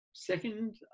Second